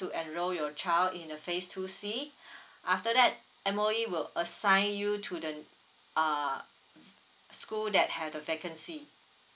to enroll your child in the phase two C after that M_O_E will assign you to the uh school that have a vacancy